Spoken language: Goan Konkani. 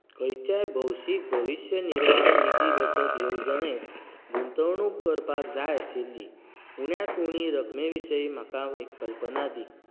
खंयच्याय भौशीक भविश्य निर्वाह निधी बचत येवजणेंत गुंतवणूक करपाक जाय आशिल्ली उण्यांत उणी रकमे विशीं म्हाका एक कल्पना दी